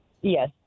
Yes